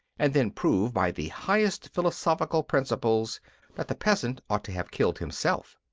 and then prove by the highest philosophical principles that the peasant ought to have killed himself.